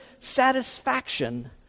satisfaction